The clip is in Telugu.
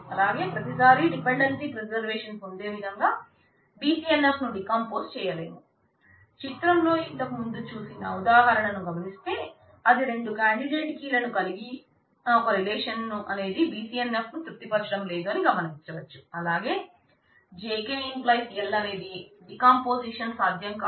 అలాగే దానికి జాయిన్ ఆపరేషన్ ఆవశ్యకత ఉంది